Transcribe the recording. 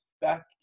back